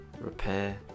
repair